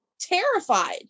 terrified